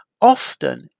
Often